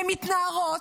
הן מתנערות,